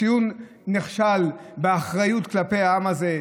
ציון נכשל באחריות כלפי העם הזה,